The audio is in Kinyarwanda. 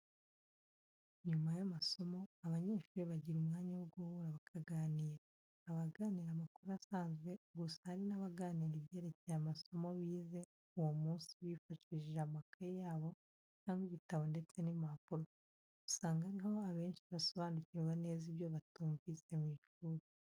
Nyuma y'amasomo abanyeshuri bagira umwanya wo guhura bakaganira . Hari abaganira amakuru asanzwe ,gusa hari n'abaganira ibyerekeye amasomo bize uwo munsi bifashishije amakayi ya bo cyangwa ibitabo ndetse n'impapuro. Usanga ari ho abenshi basobanukirwa neza ibyo batumvise mu ishuri.